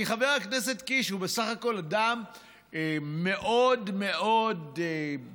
כי חבר הכנסת קיש הוא בסך הכול אדם מאוד מאוד ברמה,